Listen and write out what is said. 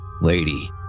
Lady